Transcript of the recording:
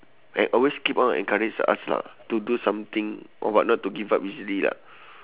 like always keep on encourage us lah to do something or what not to give up easily lah